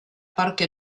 parke